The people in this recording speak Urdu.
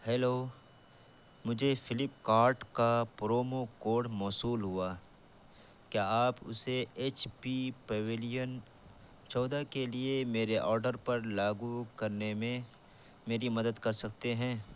ہیلو مجھے فلپکارٹ کا پرومو کوڈ موصول ہوا کیا آپ اسے ایچ پی پویلین چودہ کے لیے میرے آڈر پر لاگو کرنے میں میری مدد کر سکتے ہیں